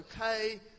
okay